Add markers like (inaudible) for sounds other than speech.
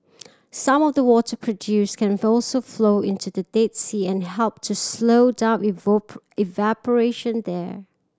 some of the water produced can also flow into the Dead Sea and help to slow down (unintelligible) evaporation there